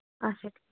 اَچھا